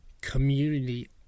community